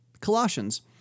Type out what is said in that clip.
Colossians